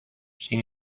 sin